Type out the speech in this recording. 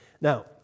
Now